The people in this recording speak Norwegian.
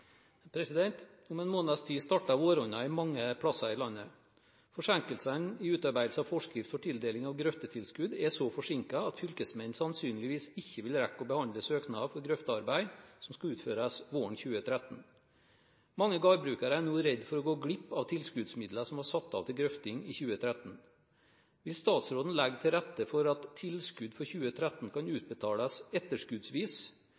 Om en måneds tid starter våronna mange steder i landet. Forsinkelsen i utarbeidelse av forskrift for tildeling av grøftetilskudd er så stor at fylkesmenn sannsynligvis ikke vil rekke å behandle søknader for grøftearbeid som skal utføres våren 2013. Mange gårdbrukere er nå redde for å gå glipp av tilskuddsmidler som er satt av til grøfting i 2013. Vil statsråden legge til rette for at tilskudd for 2013 kan